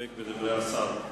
יסתפק בדברי השר.